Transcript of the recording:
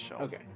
okay